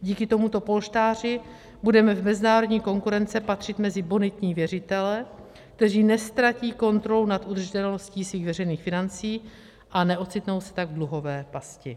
Díky tomuto polštáři budeme v mezinárodní konkurenci patřit mezi bonitní věřitele, kteří neztratí kontrolu nad udržitelností svých veřejných financí a neocitnou se tak v dluhové pasti.